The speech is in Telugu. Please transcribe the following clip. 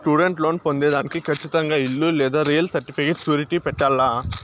స్టూడెంట్ లోన్ పొందేదానికి కచ్చితంగా ఇల్లు లేదా రియల్ సర్టిఫికేట్ సూరిటీ పెట్టాల్ల